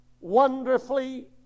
wonderfully